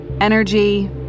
energy